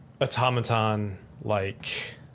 Automaton-like